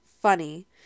funny